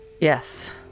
Yes